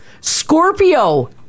Scorpio